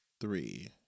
three